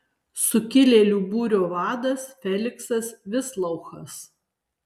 sukilėlių būrio vadas feliksas vislouchas